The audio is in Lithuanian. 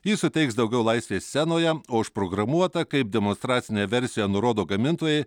ji suteiks daugiau laisvės scenoje o užprogramuota kaip demonstracinė versija nurodo gamintojai